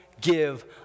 give